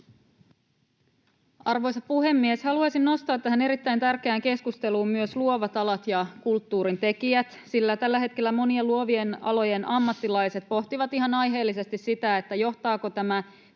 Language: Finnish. Arvoisa puhemies! Haluaisin nostaa tähän erittäin tärkeään keskusteluun myös luovat alat ja kulttuurintekijät, sillä tällä hetkellä monien luovien alojen ammattilaiset pohtivat ihan aiheellisesti sitä, johtaako tämä